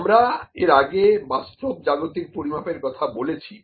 আমরা এর আগে বাস্তব জাগতিক পরিমাপের কথা বলেছি